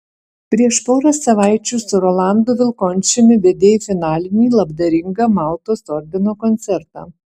prieš porą savaičių su rolandu vilkončiumi vedei finalinį labdaringą maltos ordino koncertą